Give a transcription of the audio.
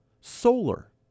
Solar